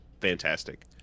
fantastic